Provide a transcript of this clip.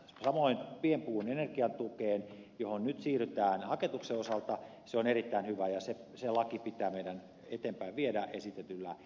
samoin pienpuun energiatuki johon nyt siirrytään haketuksen osalta on erittäin hyvä ja se laki pitää meidän eteenpäin viedä esitetyllä tavalla